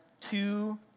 two